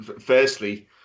firstly